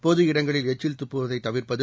பொது இடங்களில் எச்சில் துப்புவதை தவிா்ப்பது